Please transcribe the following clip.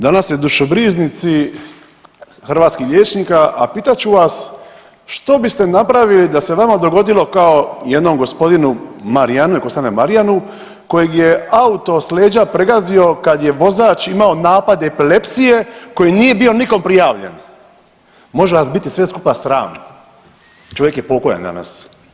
Danas ste dušobrižnici hrvatskih liječnika, a pitat ću vas što biste napravili da se vama dogodilo kao jednom gospodinu Marijanu, nek ostane Marijanu, kojeg je auto s leđa pregazio kad je vozač imao napad epilepsije koji nije bio nikom prijavljen, može vas biti sve skupa sram, čovjek je pokojan danas.